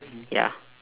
ya